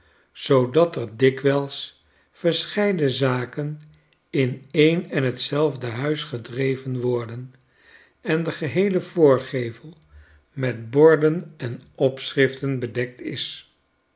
zoodat er dikwijls verscheiden zaken in een en t zelfde huis gedreven worden en de geheele voorgevel met borden en opschriften bedekt is